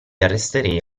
arresterei